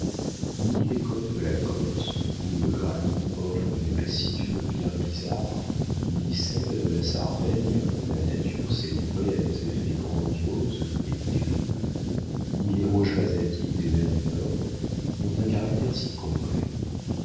ni les côtes de la corse où le granit offre des rescifs bien bizarres ni celles de la sardaigne où la nature s'est livrée à des effets grandioses et terribles ni les roches basaltiques des mers du nord n'ont un caractère si complet